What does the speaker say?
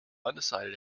undecided